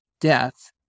death